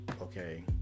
okay